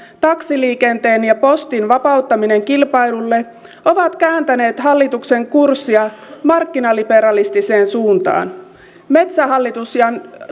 taksiliikenteen ja postin vapauttaminen kilpailulle ovat kääntäneet hallituksen kurssia markkinaliberalistiseen suuntaan metsähallitushan